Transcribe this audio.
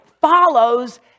follows